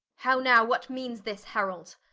how now, what meanes this herald?